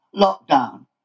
lockdown